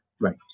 Right